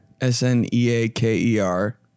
s-n-e-a-k-e-r